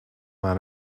man